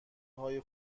های